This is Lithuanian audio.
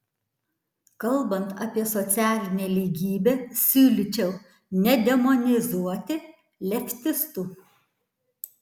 kalbant apie socialinę lygybę siūlyčiau nedemonizuoti leftistų